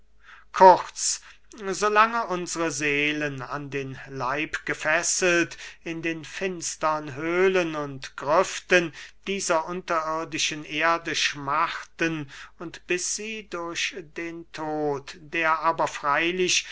kurz so lange unsre seelen an den leib gefesselt in den finstern höhlen und grüften dieser unterirdischen erde schmachten und bis sie durch den tod der aber freylich